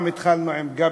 התחלנו פעם עם גפסו,